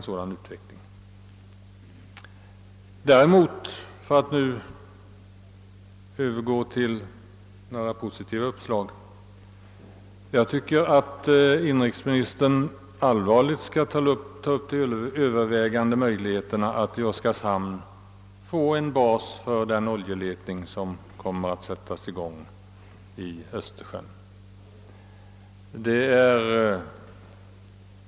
Däremot tycker jag — för att övergå till några positiva uppslag — att inrikesministern allvarligt skall ta i övervägande möjligheterna att i Oskarshamn skapa en bas för den oljeletning som skall igångsättas i Östersjön.